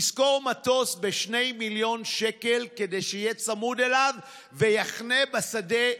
לשכור מטוס ב-2 מיליון שקל כדי שיהיה צמוד אליו ויחנה בשדה,